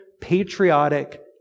patriotic